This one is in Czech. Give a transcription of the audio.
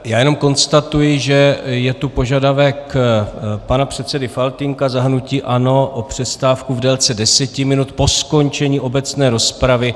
Já jenom konstatuji, že je tu požadavek pana předsedy Faltýnka za hnutí ANO o přestávku v délce 10 minut po skončení obecné rozpravy.